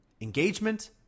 Engagement